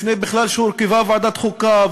לפני שבכלל הורכבה ועדת חוקה,